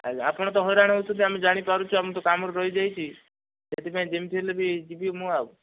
ଆଜ୍ଞା ଆପଣ ତ ହଇରାଣ ହେଉଛନ୍ତି ଆମେ ଜାଣିପାରୁଛୁ ଆଉ ମୁଁ ତ କାମରେ ରହିଯାଇଛି ସେଥିପାଇଁ ଯେମତି ହେଲେ ବି ଯିବି ମୁଁ ଆଉ